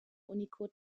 unicode